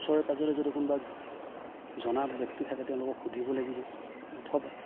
ওচৰে পাঁজৰে যদি কোনোবা জনা ব্যক্তি থাকে তেওঁলোকক সুধিব লাগিব অথবা